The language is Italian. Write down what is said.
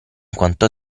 quanto